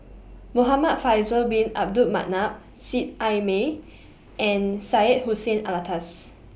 Muhamad Faisal Bin Abdul Manap Seet Ai Mee and Syed Hussein Alatas